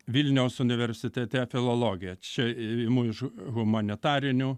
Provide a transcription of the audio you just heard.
vilniaus universitete filologija čia imu iš humanitarinių